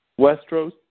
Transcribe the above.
Westeros